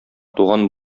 туган